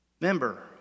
Member